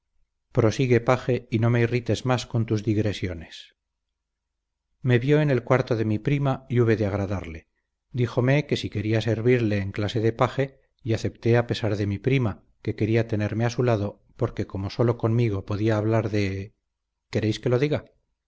prosigue paje y no me irrites más con tus digresiones me vio en el cuarto de mi prima y hube de agradarle díjome que si quería servirle en clase de paje y acepté a pesar de mi prima que quería tenerme a su lado porque como sólo conmigo podía hablar de queréis que lo diga